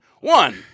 One